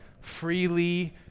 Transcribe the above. freely